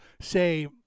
say